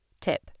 Tip